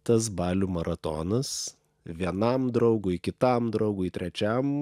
tas balių maratonas vienam draugui kitam draugui trečiam